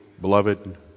beloved